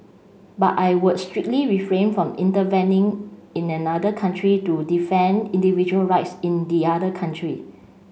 but I would strictly refrain from intervening in another country to defend individual rights in the other country